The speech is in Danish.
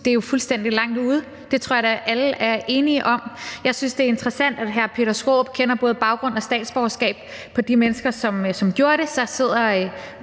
Det er jo fuldstændig langt ude; det tror jeg da at alle er enige om. Jeg synes, det er interessant, at hr. Peter Skaarup kender både baggrund og statsborgerskab på de mennesker, som gjorde det.